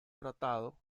tratado